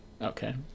Okay